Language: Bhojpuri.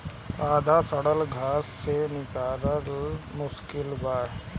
आधा सड़ल घास के निकालल मुश्किल बा